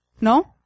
No